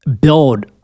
build